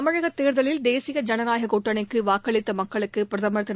தமிழக தேர்தலில் தேசிய ஜனநாயக கூட்டணிக்கு வாக்களித்த மக்களுக்கு பிரதமர் திரு